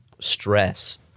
stress